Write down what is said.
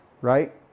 right